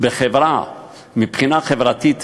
בחברה מבחינה חברתית